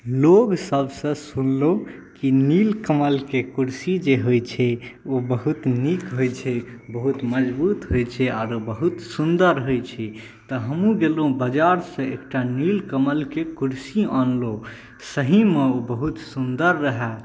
लोक सभसँ सुनलहुँ जे नीलकमलके कुर्सी जे होइ छै ओ बहुत नीक होइ छै बहुत मजबुत होइ छै आरो बहुत सुन्दर होइ छै तऽ हमहुँ गेलहुँ बाजारसॅं एकटा नीलकमलके कुर्सी अनलहुँ सहीमे ओ बहुत सुन्दर रहै